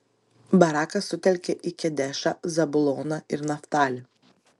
barakas sutelkė į kedešą zabuloną ir naftalį